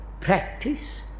practice